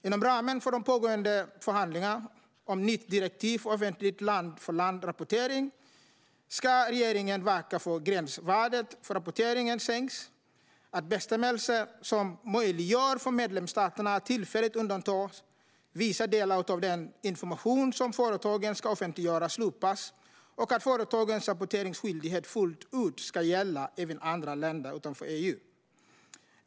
Inom ramen för de pågående förhandlingarna om nytt direktiv för offentlig land-för-land-rapportering ska regeringen verka för att gränsvärdet för rapportering sänks. Man ska verka för att bestämmelser som möjliggör för medlemsstaterna att tillfälligt undanta vissa delar av den information som företagen ska offentliggöra slopas, och man ska verka för att företagens rapporteringsskyldighet fullt ut ska gälla även länder utanför EU.